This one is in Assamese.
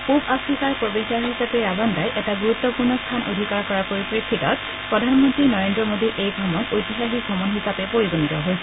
পূব আফ্ৰিকাৰ প্ৰৱেশদ্বাৰ হিচাপে ৰাৱাণ্ডাই এটা গুৰুত্বপূৰ্ণ স্থান অধিকাৰ কৰাৰ পৰিপ্ৰেক্ষিত প্ৰধানমন্ত্ৰী নৰেন্দ্ৰ মোদীৰ এই ভ্ৰমণ ঐতিহাসিক ভ্ৰমণ হিচাপে পৰিগণিত হৈছে